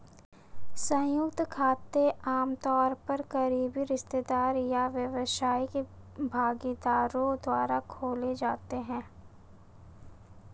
संयुक्त खाते आमतौर पर करीबी रिश्तेदार या व्यावसायिक भागीदारों द्वारा खोले जाते हैं